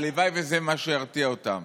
הלוואי שזה מה שירתיע אותם.